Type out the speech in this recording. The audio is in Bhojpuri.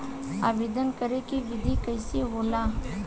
आवेदन करे के विधि कइसे होला?